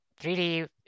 3D